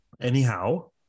Anyhow